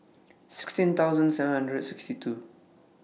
sixteen thousand seven hundred and sixty two